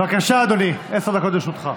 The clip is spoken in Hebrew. בבקשה, אדוני, עשר דקות לרשותך.